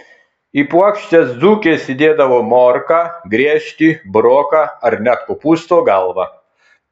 į puokštes dzūkės įdėdavo morką griežtį buroką ar net kopūsto galvą